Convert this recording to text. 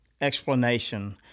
explanation